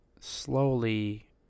slowly